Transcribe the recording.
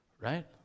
right